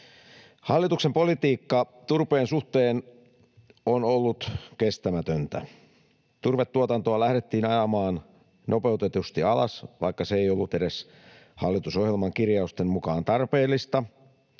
Hallituksen politiikka turpeen suhteen on ollut kestämätöntä. Turvetuotantoa lähdettiin ajamaan nopeutetusti alas, vaikka se ei ollut edes hallitusohjelman kirjausten mukaan tarpeellista.